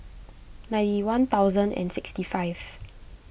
ninety one thousand and sixty five